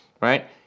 right